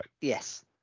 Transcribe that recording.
Yes